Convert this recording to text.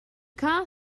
car